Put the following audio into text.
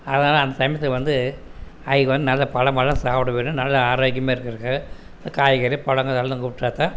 அதனால் அந்த சமயத்தில் வந்து அன்றைக்கு வந்து நல்ல பழமெல்லாம் சாப்பிட வேணும் நல்ல ஆரோக்கியமாக இருக்கிறக்காக இந்த காய்கறி பழங்கள் எல்லாம் கொடுத்தால் தான்